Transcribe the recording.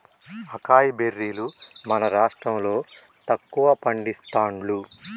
acai బెర్రీలు మన రాష్టం లో తక్కువ పండిస్తాండ్లు